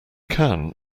can